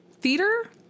theater